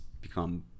become